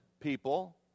people